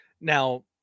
Now